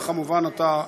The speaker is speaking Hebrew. וכמובן אתה,